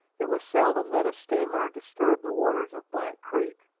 it was seldom that a steamer disturbed the waters of black creek,